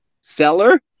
seller